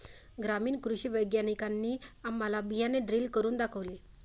ग्रामीण कृषी वैज्ञानिकांनी आम्हाला बियाणे ड्रिल करून दाखवले